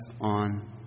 on